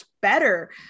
better